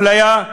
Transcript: אפליה,